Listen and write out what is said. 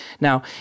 Now